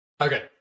Okay